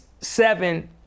seven